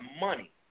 money